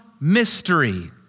mystery